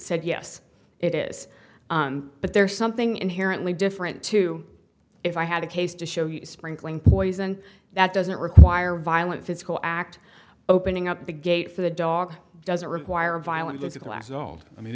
said yes it is but there's something inherently different to if i had a case to show you sprinkling poison that doesn't require violent physical act opening up the gate for the dog doesn't require a violent